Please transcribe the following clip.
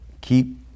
keep